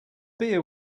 beer